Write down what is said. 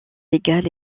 légal